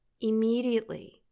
immediately